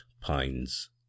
pines